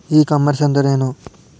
E commerce ಅಂದ್ರೇನು?